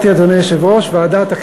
וחד"ש לא התקבלה.